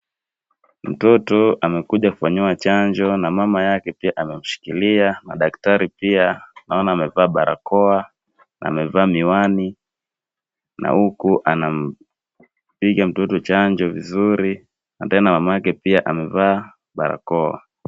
Mtoto amekuja kufanyiwa chanjo na mama yake amemshikilia na daktari pia naona amevaa barakoa, amevaa miwani na huku anampiga mtoto chanjo vizuri, na tena mama yake pia amevaa barakoa.